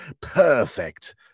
perfect